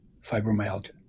fibromyalgia